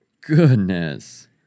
Goodness